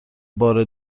بار